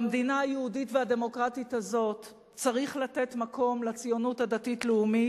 במדינה היהודית והדמוקרטית הזאת צריך לתת מקום לציונות הדתית-לאומית.